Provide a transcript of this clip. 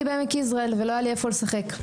בעמק יזרעאל ולא היה לי איפה לשחק.